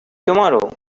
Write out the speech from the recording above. tomorrow